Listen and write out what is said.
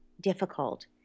difficult